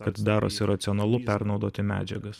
kad darosi racionalu pernaudoti medžiagas